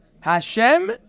Hashem